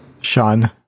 Sean